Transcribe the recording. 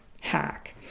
hack